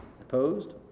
Opposed